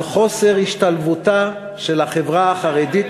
על חוסר השתלבותה של החברה החרדית,